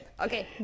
okay